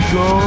go